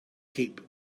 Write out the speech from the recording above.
cape